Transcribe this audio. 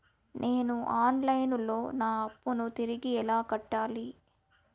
నేను online లో నా అప్పును తిరిగి ఎలా కట్టాలి?